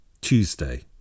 Tuesday